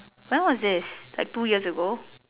when was this like two years ago